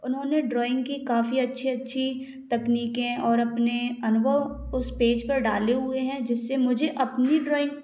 उन्होंने ड्राइंग की काफी अच्छी अच्छी तकनीकें और अपने अनुभव उस पेज पर डाले हुए हैं जिससे मुझे अपनी ड्राइंग